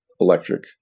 electric